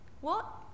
What